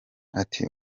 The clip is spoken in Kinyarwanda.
ati